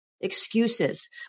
excuses